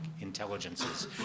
intelligences